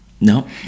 No